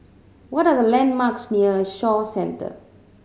what are the landmarks near Shaw Centre